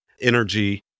energy